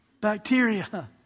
bacteria